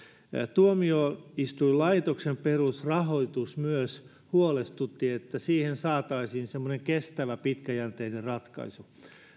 tuomioistuinlaitoksen perusrahoitus myös huolestutti se että siihen saataisiin semmoinen kestävä pitkäjänteinen ratkaisu